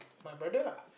my brother lah